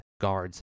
guards